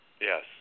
Yes